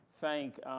thank